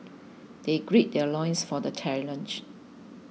they gird their loins for the challenge